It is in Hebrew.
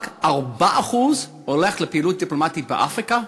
רק 4% הולכים לפעילות דיפלומטית באפריקה,